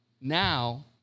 now